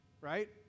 right